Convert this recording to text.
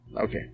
Okay